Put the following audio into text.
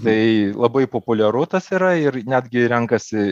tai labai populiaru tas yra ir netgi renkasi